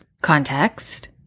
context